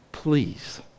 Please